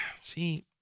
see